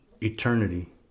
eternity